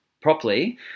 properly